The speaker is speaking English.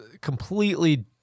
completely